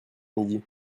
midi